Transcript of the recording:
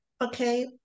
Okay